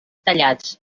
tallats